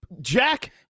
Jack